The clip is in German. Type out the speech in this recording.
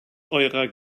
eurer